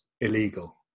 illegal